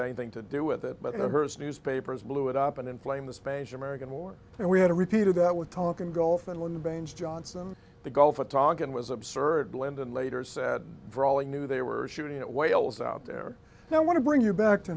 anything to do with it but in the first newspapers blew it up and inflame the spanish american war and we had a repeat of that with talking golf and when baines johnson the gulf of tonkin was absurd lyndon later said for all i knew they were shooting at whales out there now want to bring you back to